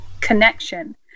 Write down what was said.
connection